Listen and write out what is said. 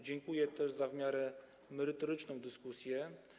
Dziękuję też za w miarę merytoryczną dyskusję.